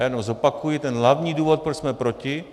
Já jenom zopakuji ten hlavní důvod, proč jsme proti.